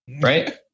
Right